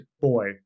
boy